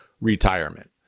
retirement